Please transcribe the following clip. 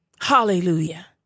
hallelujah